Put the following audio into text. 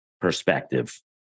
perspective